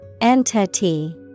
Entity